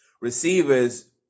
receivers